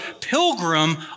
pilgrim